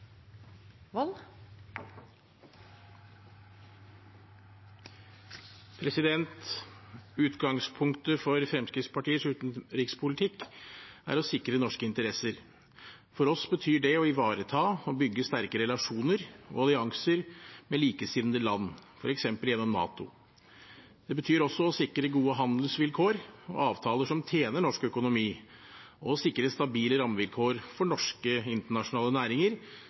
EØS-avtalen. Utgangspunktet for Fremskrittspartiets utenrikspolitikk er å sikre norske interesser. For oss betyr det å ivareta og bygge sterke relasjoner og allianser med likesinnede land, f.eks. gjennom NATO. Det betyr også å sikre gode handelsvilkår og avtaler som tjener norsk økonomi, og å sikre stabile rammevilkår for norske internasjonale